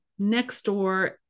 Nextdoor